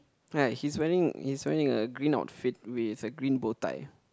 right he's wearing he's wearing a green outfit with a green bowtie